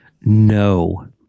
No